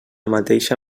mateixa